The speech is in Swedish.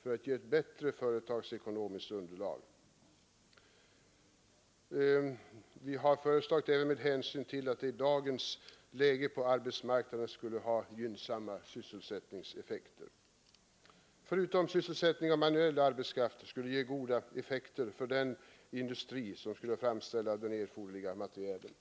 för att ge ett bättre företagsekonomiskt underlag. Vi har föreslagit detta också med hänsyn till att det i dagens läge på arbetsmarknaden skulle ha gynnsamma sysselsättningseffekter. Förutom sysselsättning av manuell arbetskraft skulle det ge goda effekter för den industri, som skulle framställa den erforderliga materielen.